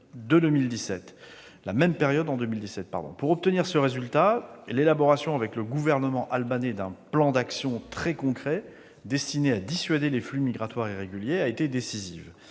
à la même période en 2017. Pour obtenir ce résultat, l'élaboration avec le Gouvernement albanais d'un plan d'action très concret, destiné à dissuader les flux migratoires irréguliers, a été décisive.